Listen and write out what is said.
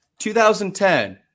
2010